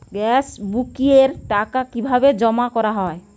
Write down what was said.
Gas বুকিংয়ের টাকা কিভাবে জমা করা হয়?